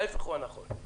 ההפך הוא הנכון.